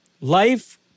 Life